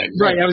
Right